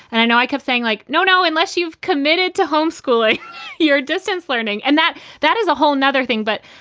and i know i kept saying, like, no, no, unless you've committed to homeschooling your distance learning. and that that is a whole nother thing. but,